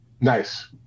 nice